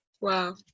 Wow